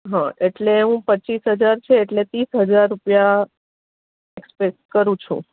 હં એટલે હું પચીસ હજાર છે એટલે ત્રીસ હજાર રૂપિયા એક્સપેક્ટ કરું છું